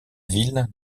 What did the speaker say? ville